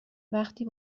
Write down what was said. وقتی